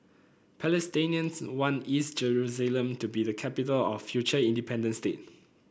Palestinians want East Jerusalem to be the capital of a future independent state